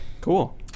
Cool